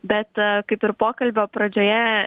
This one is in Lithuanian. bet kaip ir pokalbio pradžioje